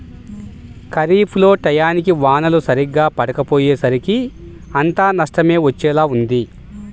ఖరీఫ్ లో టైయ్యానికి వానలు సరిగ్గా పడకపొయ్యేసరికి అంతా నష్టమే వచ్చేలా ఉంది